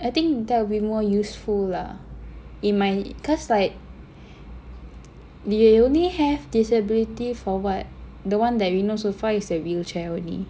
I think that will be more useful lah in my cause like they only have disability for what the one that we know so far is a wheelchair only